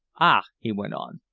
ah, he went on,